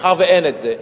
מאחר שאין את זה,